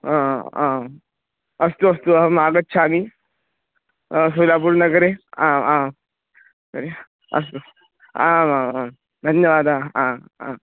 हा आम् अस्तु अस्तु अहम् आगच्छामि सोलापुरनगरे आम् आं तर्हि अस्तु आम् आम् आम् धन्यवादाः आ आ